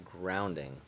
Grounding